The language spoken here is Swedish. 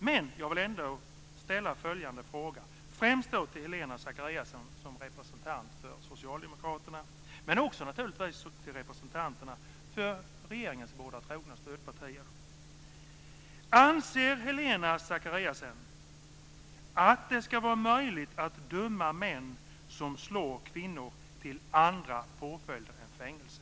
Men jag vill ändå ställa följande fråga, främst till Helena Zakariasén som representant för Socialdemokraterna, men också naturligtvis till representanterna för regeringens båda trogna stödpartier: Anser Helena Zakariasén att det ska vara möjligt att döma män som slår kvinnor till andra påföljder än fängelse?